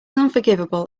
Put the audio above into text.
unforgivable